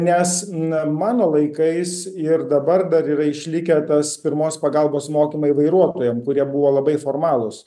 nes na mano laikais ir dabar dar yra išlikę tas pirmos pagalbos mokymai vairuotojam kurie buvo labai formalūs